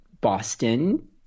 Boston